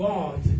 God